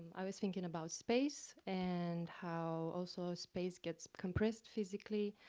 i was thinking about space and how also space gets compressed physically,